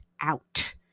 out